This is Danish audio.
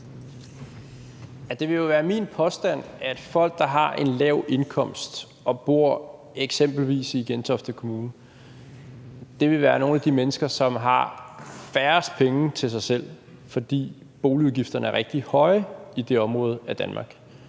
Det vil jo være min påstand, at folk, der har en lav indkomst og eksempelvis bor i Gentofte Kommune, vil være nogle af de mennesker, som har færrest penge til dem selv, fordi boligudgifterne er rigtig høje i det område af Danmark.